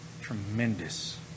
Tremendous